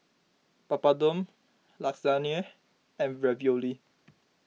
Papadum Lasagna and Ravioli